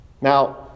Now